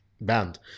band